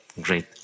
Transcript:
Great